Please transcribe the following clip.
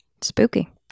Spooky